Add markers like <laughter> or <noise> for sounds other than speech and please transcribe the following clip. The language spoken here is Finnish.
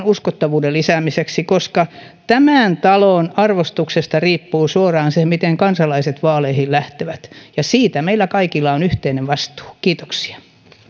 <unintelligible> uskottavuuden lisäämiseksi koska tämän talon arvostuksesta riippuu suoraan se miten kansalaiset vaaleihin lähtevät siitä meillä kaikilla on yhteinen vastuu kiitoksia